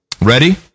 Ready